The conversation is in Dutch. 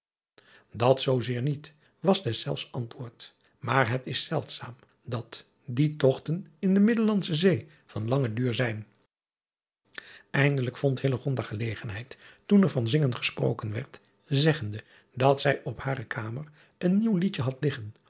zoo zeer niet was deszelfs antwoord maar het is zeldzaam dat die togten in de iddellandshe ee van langen duur zijn indelijk vond gelegenheid toen er van zingen gesproken werd zeggende dat zij op hare kamer een nieuw liedje had liggen